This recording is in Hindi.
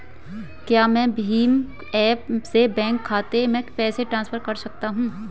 क्या मैं भीम ऐप से बैंक खाते में पैसे ट्रांसफर कर सकता हूँ?